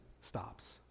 stops